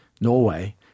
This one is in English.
Norway